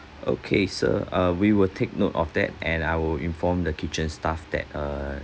okay sir err we will take note of that and I will inform the kitchen staff that err